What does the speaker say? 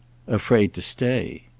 afraid to stay.